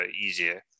easier